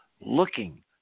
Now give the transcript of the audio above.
looking